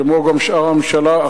כמו גם שאר הממשלה,